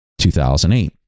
2008